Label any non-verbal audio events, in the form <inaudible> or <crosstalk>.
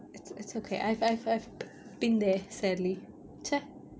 it's it's okay I've I've I've been there sadly <noise>